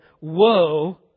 Woe